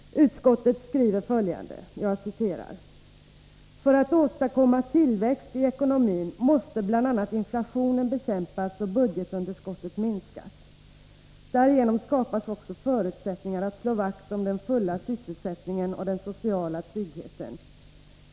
Utskottet skriver följande: ”För att åstadkomma tillväxt i ekonomin måste bl.a. inflationen bekämpas och budgetunderskottet minskas. Därigenom skapas också förutsättningar att slå vakt om den fulla sysselsättningen och den sociala tryggheten.